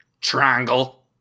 triangle